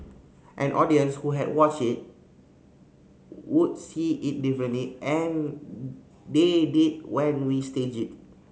an audience who had watched it would see it differently and they did when we staged it